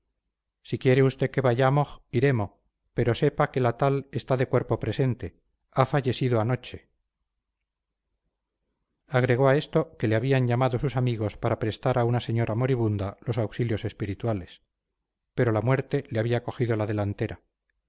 si quiere usté que vayamoj iremo pero sepa que la tal está de cuerpo presente ha fallesido anoche agregó a esto que le habían llamado sus amigos para prestar a una señora moribunda los auxilios espirituales pero la muerte le había cogido la delantera